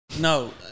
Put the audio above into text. No